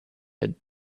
had